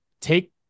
take